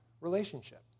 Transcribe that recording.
relationship